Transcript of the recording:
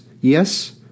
yes